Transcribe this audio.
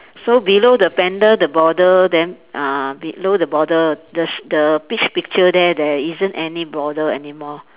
so below the blender the border then uh below the border the sh~ the peach picture there there isn't any border anymore